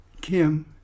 Kim